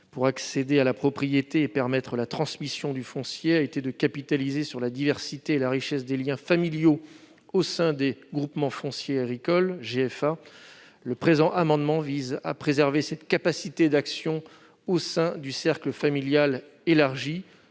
l'accès à la propriété et permettre la transmission du foncier a été de capitaliser sur la diversité et la richesse des liens familiaux au sein des groupements fonciers agricoles (GFA). Nous entendons préserver cette capacité d'action dans le cercle familial élargi